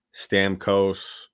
Stamkos